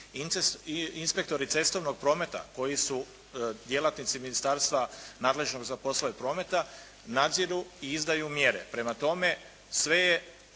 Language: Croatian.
Inspektori cestovnog prometa koji su djelatnici ministarstva nadležnog za poslove prometa nadziru i izdaju mjere. Prema tome sve je